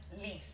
least